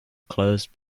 closed